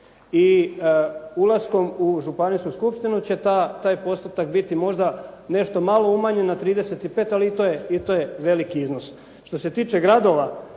i ulaskom u županijsku skupštinu će taj postotak biti možda nešto malo umanjen na 35 ali i to je veliki iznos. Što se tiče gradova